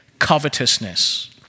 Covetousness